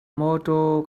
mawtaw